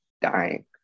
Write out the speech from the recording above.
dying